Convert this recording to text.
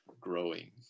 growing